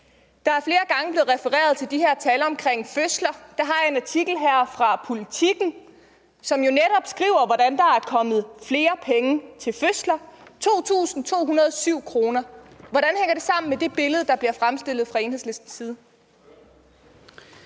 Der er flere gange blevet refereret til de her tal om fødsler, og der har jeg en artikel her fra Politiken, hvor de jo netop skriver, at der er kommet flere penge til fødsler – 2.207 kr. pr. fødsel. Hvordan hænger det sammen med det billede, der bliver fremstillet fra Enhedslistens side?